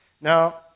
Now